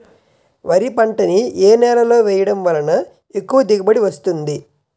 వరి పంట ని ఏ నేలలో వేయటం వలన ఎక్కువ దిగుబడి వస్తుంది?